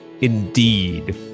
Indeed